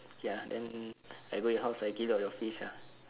okay then I go your house I kill all your fish ah